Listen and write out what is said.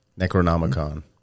Necronomicon